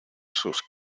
sus